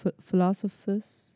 philosophers